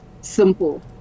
simple